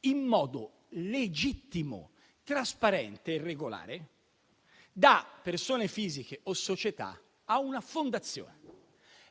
in modo legittimo, trasparente e regolare da persone fisiche o società a una fondazione.